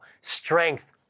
strength